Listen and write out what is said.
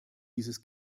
dieses